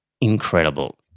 incredible